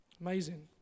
Amazing